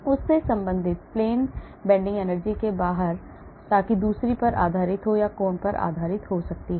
उस से संबंधित plane bending energy से बाहर ताकि दूरी पर आधारित हो या कोण पर आधारित हो सकता है